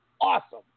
awesome